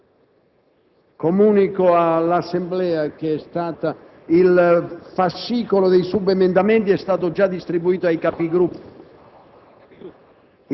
La seduta è ripresa.